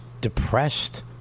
depressed